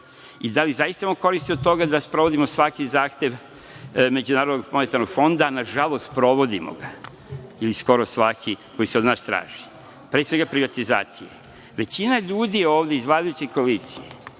i da li zaista imamo koristi od toga da sprovodimo svaki zahtev MMF-a, a nažalost sprovodimo ga, ili skoro svaki koji se od nas traži. Pre svega privatizacije. Većina ljudi ovde iz vladajuće koalicije